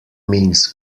means